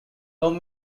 home